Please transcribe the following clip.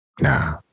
Nah